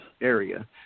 area